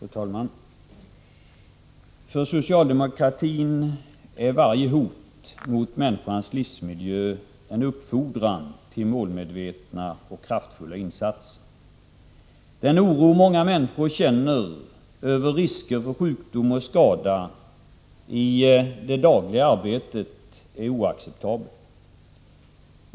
Fru talman! För socialdemokratin är varje hot mot människans livsmiljö en Allmänpolitisk deuppfordran till målmedvetna och kraftfulla insatser. Den oro många batt människor känner över risker för sjukdom och skada i det dagliga arbetet är oacceptabel.